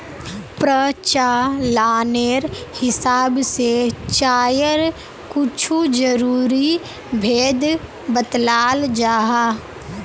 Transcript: प्रचालानेर हिसाब से चायर कुछु ज़रूरी भेद बत्लाल जाहा